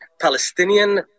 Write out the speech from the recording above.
Palestinian